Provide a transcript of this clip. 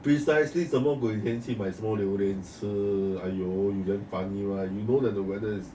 precisely 什么鬼天气买 four 榴莲吃 !aiyo! you damn funny one you go when the weather is